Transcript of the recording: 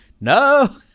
no